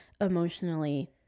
emotionally